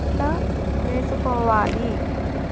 ఎట్లా వేసుకోవాలి?